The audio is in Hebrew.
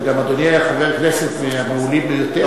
וגם אדוני היה חבר כנסת מהמעולים ביותר.